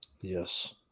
Yes